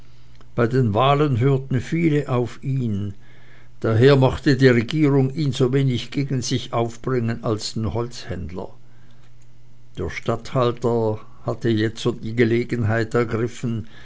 bei den wahlen hörten viele auf ihn daher mochte die regierung ihn sowenig gegen sich aufbringen als den holzhändler der statthalter hatte jetzo die gelegenheit ergriffen